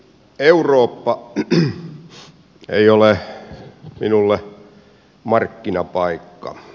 eurooppa ei ole minulle markkinapaikka